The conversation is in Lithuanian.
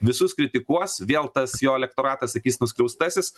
visus kritikuos vėl tas jo elektoratas sakys nuskriaustasis